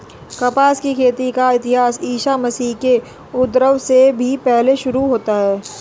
कपास की खेती का इतिहास ईसा मसीह के उद्भव से भी पहले शुरू होता है